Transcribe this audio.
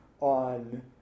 on